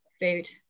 food